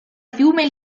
fiume